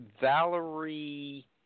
Valerie